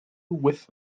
with